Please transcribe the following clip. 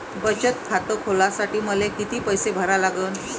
बचत खात खोलासाठी मले किती पैसे भरा लागन?